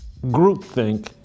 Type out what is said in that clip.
Groupthink